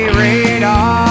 radar